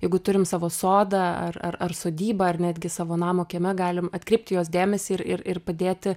jeigu turim savo sodą ar ar ar sodybą ar netgi savo namo kieme galim atkreipt į juos dėmesį ir ir ir padėti